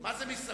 מה זה "מי שמי"?